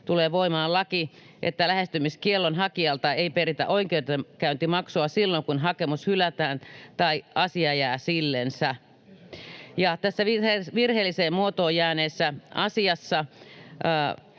tulee voimaan laki, että lähestymiskiellon hakijalta ei peritä oikeudenkäyntimaksua silloin, kun hakemus hylätään tai asia jää sillensä. Tässä virheelliseen muotoon jääneessä asiassa